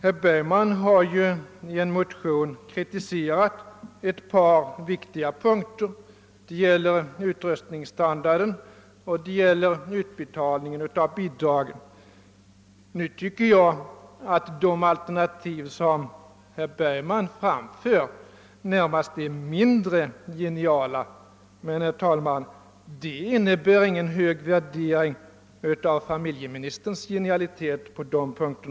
Herr Bergman har i en motion kritiserat propositionen på ett par viktiga punkter, nämligen i fråga om utrustningsstandarden och utbetalningen av bidragen. Nu tycker jag att de alternativ som herr Bergman föreslår närmast är mindre geniala. Men, herr talman, detta innebär förvisso ingen hög värdering av familjeministerns genialitet på dessa punkter.